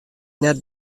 net